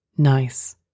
Nice